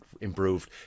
improved